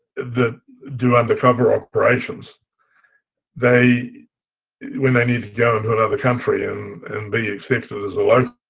that do undercover operations they when they need to go to another country um and be accepted as a like